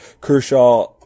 Kershaw